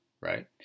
Right